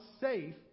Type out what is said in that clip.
safe